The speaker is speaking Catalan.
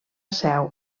seu